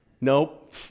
Nope